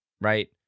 Right